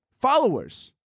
followers